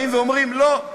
אומרים: לא,